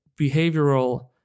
behavioral